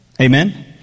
Amen